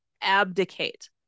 abdicate